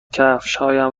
کفشهایم